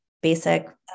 Basic